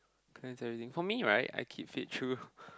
clean selling for me right I keep fit through